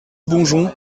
bonjon